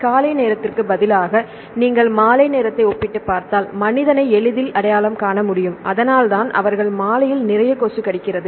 காலை நேரத்திற்குப் பதிலாக நீங்கள் மாலை நேரத்தை ஒப்பிட்டுப் பார்த்தால் மனிதனை எளிதில் அடையாளம் காண முடியும் அதனால்தான் அவர்கள் மாலையில் நிறைய கொசு கடிக்கிறது